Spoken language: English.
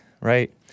right